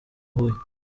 huye